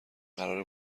قراره